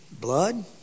Blood